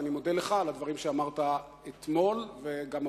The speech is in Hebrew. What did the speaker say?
ואני מודה לך על הדברים שאמרת אתמול וגם הבוקר.